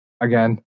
Again